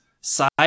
side